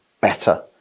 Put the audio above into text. better